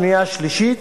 שנייה שלישית,